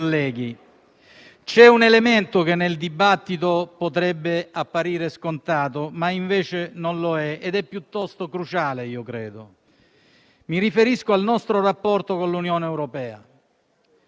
Mi riferisco al nostro rapporto con l'Unione europea. Poco più di un anno fa, l'Italia si trovava a camminare lungo il viale di un pericoloso isolamento, grazie a chi invocava pieni poteri